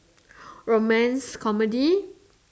romance comedy